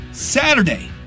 saturday